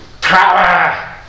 power